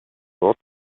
ort